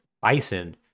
bison